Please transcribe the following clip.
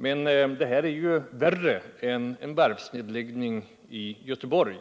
Med tanke på ortens storlek drabbar ett bortfall på 250 arbetstillfällen förhållandevis hårdare Malå, än vad en varvsnedläggning skulle drabba Göteborg.